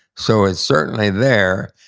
so it's certainly there.